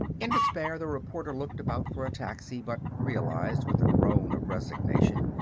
in despair the reporter looked about for a taxi, but realized, with a groan of resignation,